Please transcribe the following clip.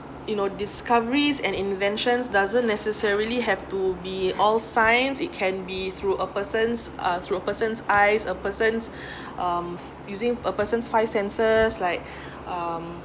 you know discoveries and inventions doesn't necessarily have to be all science it can be through a person's uh through a person's eyes a person's um using a person's five senses like um